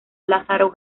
lázaro